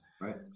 Right